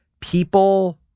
people